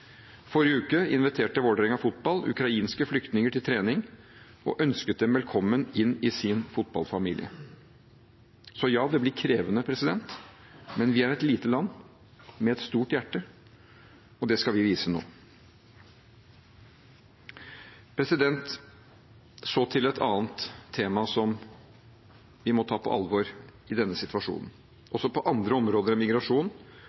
Forrige uke inviterte Vålerenga fotball ukrainske flyktninger til trening, og ønsket dem velkommen inn i sin fotballfamilie. Så ja, det blir krevende. Men vi er et lite land med et stort hjerte, og det skal vi vise nå. Så vil jeg gå over til et annet tema som vi må ta på alvor i denne situasjonen. Også på andre områder enn migrasjon